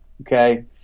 okay